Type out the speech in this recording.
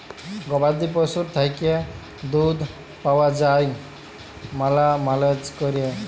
গবাদি পশুর থ্যাইকে দুহুদ পাউয়া যায় ম্যালা ম্যালেজ ক্যইরে